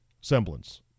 semblance